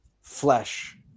flesh